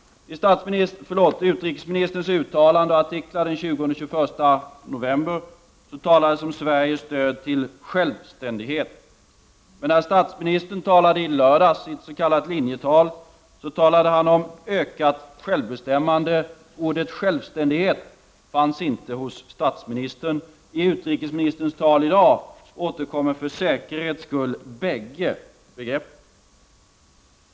I utrikesministerns uttalanden och i artiklar från den 20 och den 21 november talas det om Sveriges stöd för ”självständighet”. Men när statsministern talade i lördags i ett s.k. linjetal nämnde han ”ökat självbestämmande”, och ordet ”självständighet” fanns inte hos statsministern. I utrikesministerns tal i dag återkommer för säkerhets skull bägge begreppen.